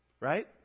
Right